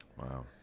Wow